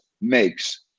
makes